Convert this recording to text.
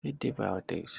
antibiotics